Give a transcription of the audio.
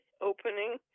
opening